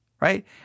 Right